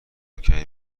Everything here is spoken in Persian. کمی